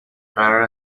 قرار